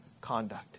conduct